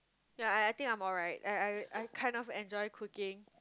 ya I I think I'm alright I I I kind of enjoy cooking